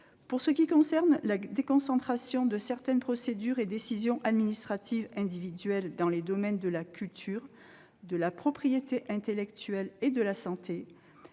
Pour ce qui concerne la déconcentration de certaines procédures et de la prise de décisions administratives individuelles dans les domaines de la culture, de la propriété intellectuelle et de la santé,